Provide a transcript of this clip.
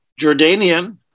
Jordanian